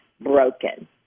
broken